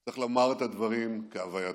צריך לומר את הדברים כהווייתם: